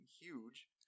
huge